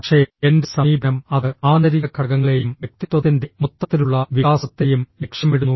പക്ഷേ എന്റെ സമീപനം അത് ആന്തരിക ഘടകങ്ങളെയും വ്യക്തിത്വത്തിന്റെ മൊത്തത്തിലുള്ള വികാസത്തെയും ലക്ഷ്യമിടുന്നു